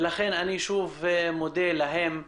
לכן אני שוב מודה להם.